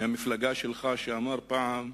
מהמפלגה שלך שאמר פעם,